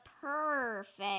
perfect